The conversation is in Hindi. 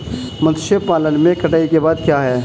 मत्स्य पालन में कटाई के बाद क्या है?